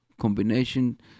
combination